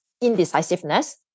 indecisiveness